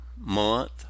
month